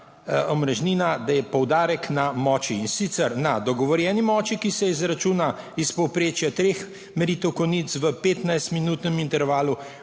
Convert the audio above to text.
omrežnina, da je poudarek na moči, in sicer na dogovorjeni moči, ki se izračuna iz povprečja treh meritev konic v 15-minutnem intervalu